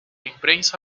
imprensa